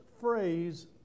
phrase